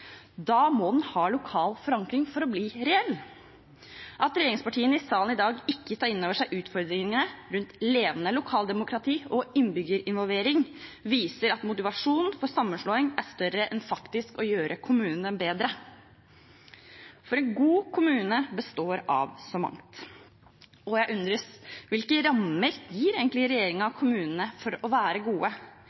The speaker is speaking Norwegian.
Da må den ha lokal forankring for å bli reell. At regjeringspartiene i salen i dag ikke tar inn over seg utfordringene rundt levende lokaldemokrati og innbyggerinvolvering, viser at motivasjonen for sammenslåing er større enn for faktisk å gjøre kommunene bedre. For en god kommune består av så mangt, og jeg undres: Hvilke rammer gir egentlig regjeringen kommunene for å være gode?